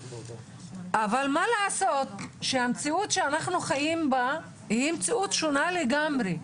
אבל מה לעשות שהמציאות שאנחנו חיים בה היא מציאות שונה לגמרי.